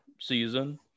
season